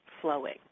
flowing